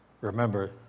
Remember